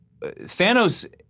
Thanos